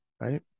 right